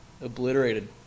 obliterated